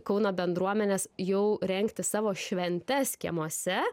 kauno bendruomenes jau rengti savo šventes kiemuose